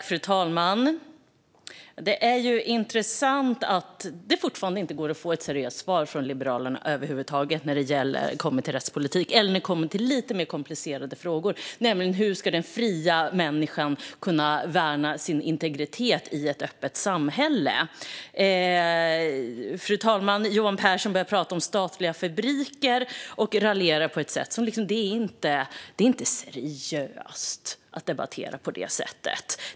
Fru talman! Det är intressant att det fortfarande inte går att få ett seriöst svar från Liberalerna över huvud taget när det kommer till lite mer komplicerade frågor. Hur ska den fria människan kunna värna sin integritet i ett öppet samhälle? Fru talman! Johan Pehrson börjar prata och raljera om statliga fabriker. Det är inte seriöst att debattera på det sättet.